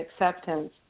acceptance